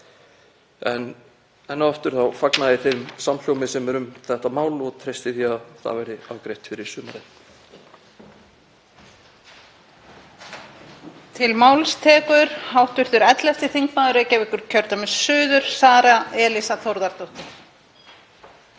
og aftur fagna ég þeim samhljómi sem er um þetta mál og treysti því að það verði afgreitt fyrir sumarið.